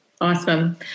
awesome